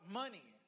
money